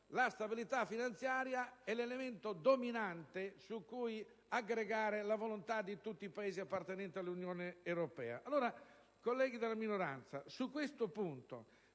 la stabilità finanziaria è l'elemento dominante su cui aggregare la volontà di tutti i Paesi appartenenti all'Unione europea.